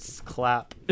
clap